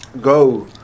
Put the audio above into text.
go